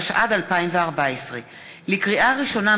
התשע"ד 2014. לקריאה ראשונה,